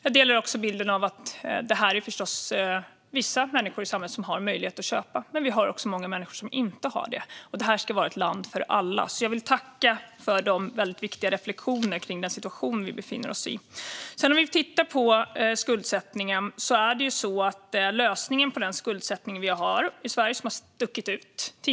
Jag delar också bilden att vissa människor i samhället har möjlighet att köpa en bostad. Men det är också många människor som inte har den möjligheten. Detta ska vara ett land för alla. Därför vill jag tacka för de väldigt viktiga reflektionerna kring den situation som vi befinner oss i. Skuldsättningen i Sverige har stuckit ut.